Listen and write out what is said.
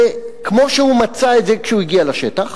זה כמו שהוא מצא את זה כשהוא הגיע לשטח.